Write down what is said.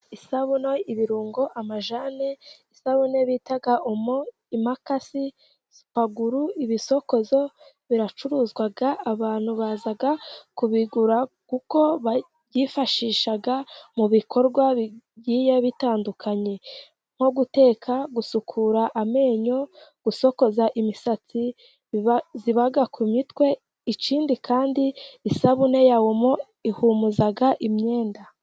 Isabune, ibirungo, amajyane, isabune bita OMO, imakasi, supaguru, ibisokozo, biracuruzwa, abantu baza kubigura kuko byifashisha mu bikorwa bigiye bitandukanye. Nko guteka, gusukura amenyo, gusokoza imisatsi iba ku mitwe, ikindi kandi isabune ya OMO ihumuza imyenda.